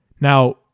Now